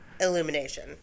illumination